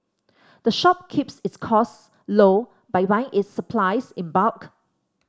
the shop keeps its costs low by buying its supplies in bulk